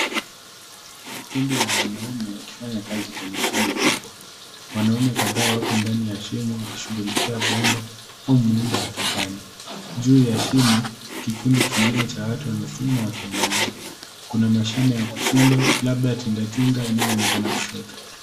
Kundi la wanaume wakifanya kazi kwenye shimo kubwa. Wanaume kadhaa wako ndani ya shimo wakishughulikia bomba au muundo wa kijani. Juu ya shimo, kikundi kingine cha watu wamesimama wakiangalia. Kuna mashine ya kuchimba, labda tingatinga, inayoonekana kuchota.